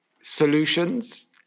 solutions